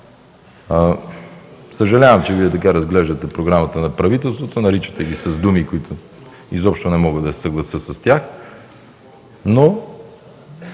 Съжалявам, че Вие така разглеждате програмата на правителството – наричате я с думи, с които изобщо не мога да се съглася, но